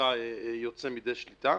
יוצא משליטה.